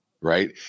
right